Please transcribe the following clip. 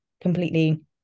completely